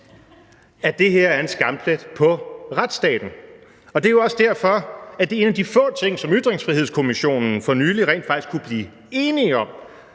at det her er en skamplet på retsstaten, og det er jo også derfor, at en af de få ting, som Ytringsfrihedskommissionen for nylig rent faktisk kunne blive enige om,